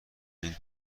این